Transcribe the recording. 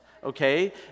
Okay